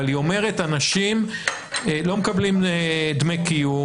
אבל היא אומרת שאנשים לא מקבלים דמי קיום,